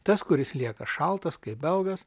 tas kuris lieka šaltas kaip belgas